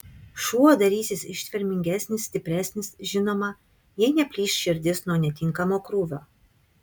šuo darysis ištvermingesnis stipresnis žinoma jei neplyš širdis nuo netinkamo krūvio